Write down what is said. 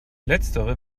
letztere